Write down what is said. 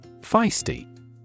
Feisty